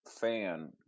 fan